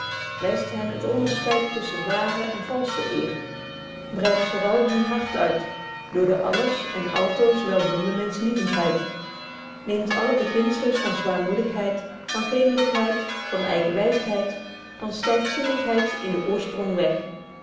wyst hen het onderscheid tusschen ware en valsche eer breidt vooral hun hart uit door de alles en altoos weldoende menschlievenheid neemt alle beginzels van zwaarmoedigheid van geemlykheid van eigenwysheid van styfzinnigheid in den oorsprong weg